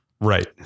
Right